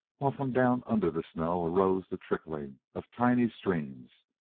while from down under the snow arose the trickling of tiny streams.